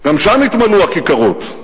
גם שם התמלאו הכיכרות.